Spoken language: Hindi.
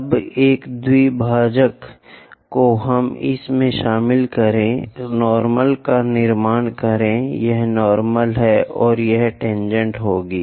अब एक द्विभाजक को इसमें शामिल करें नार्मल का निर्माण करें यह नार्मल है और यह टेनजेंट होगी